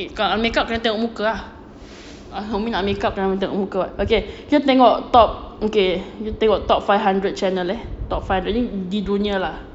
okay kalau makeup kena tengok muka ah umi nak makeup kena tengok muka okay kita tengok top okay kita tengok top five hundred channel eh top five hundred ni di dunia lah